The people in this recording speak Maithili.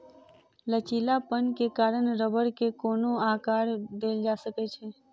लचीलापन के कारण रबड़ के कोनो आकर देल जा सकै छै